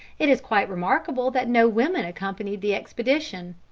it is quite remarkable that no women accompanied the expedition.